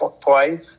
twice